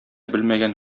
белмәгән